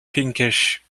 pinkish